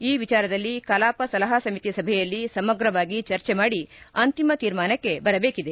ಈ ವಿಚಾರದಲ್ಲಿ ಕಲಾಪ ಸಲಹಾ ಸಮಿತಿ ಸಭೆಯಲ್ಲಿ ಸಮಗ್ರವಾಗಿ ಚರ್ಚೆ ಮಾಡಿ ಅಂತಿಮ ತೀರ್ಮಾನಕ್ಕೆ ಬರಬೇಕಿದೆ